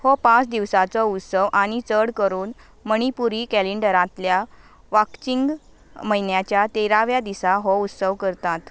हो पांच दिवसाचो उत्सव आनी चड करून मणीपूरी कॅलेंडरांतल्या वाक्चिंग म्हयन्याच्या तेराव्या दिसा हो उत्सव करतात